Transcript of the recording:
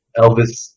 Elvis